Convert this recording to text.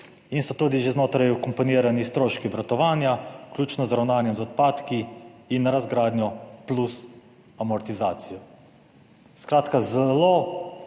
In so tudi že znotraj vkomponirani stroški obratovanja, vključno z ravnanjem z odpadki in razgradnjo plus amortizacijo. Skratka, zelo